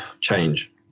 change